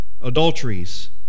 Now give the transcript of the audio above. adulteries